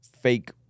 fake